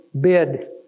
bid